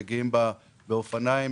מגיעים באופניים,